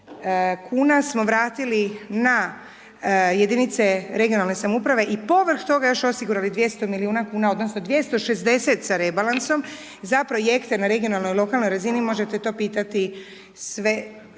kuna smo vratili na jedinice regionalne samouprave i povrh toga još osigurali 200 milijuna kuna odnosno 260 sa rebalansom za projekte na regionalnoj lokalnoj razini, možete to pitati sve